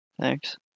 Thanks